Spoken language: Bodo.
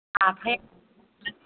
आखाया